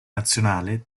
nazionale